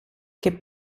che